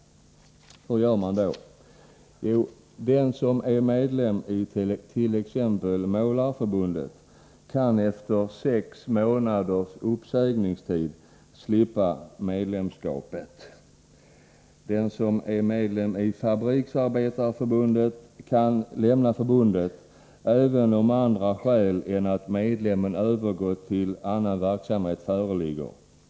Hur gör man då? Den som är medlem i t.ex. Målareförbundet kan efter sex månaders uppsägningstid slippa medlemskapet. Den som är medlem i Fabriksarbetareförbundet kan lämna förbundet även om andra skäl än att medlemmen övergått till annan verksamhet föreligger.